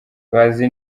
bazi